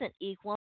equal